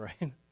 right